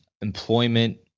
employment